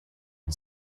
and